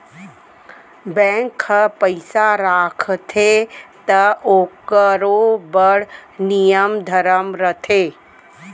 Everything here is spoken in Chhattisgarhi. बेंक ह पइसा राखथे त ओकरो बड़ नियम धरम रथे